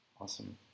awesome